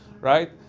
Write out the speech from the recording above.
right